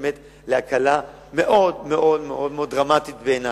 באמת להקלה מאוד מאוד דרמטית בעיני.